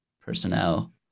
personnel